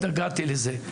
התנגדתי לזה.